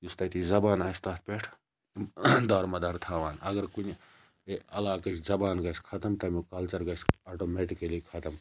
یُس تَتِچ زَبان آسہِ تَتھ پیٹھ دارمَدار تھاوان اگَر کُنہِ عَلاقٕچ زَبان گَژھِ ختم تمیُک کَلچَر گَژھِ آٹومیٹِکَلی خَتَم